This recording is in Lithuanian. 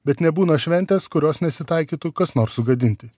bet nebūna šventės kurios nesitaikytų kas nors sugadinti